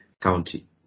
county